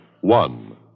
One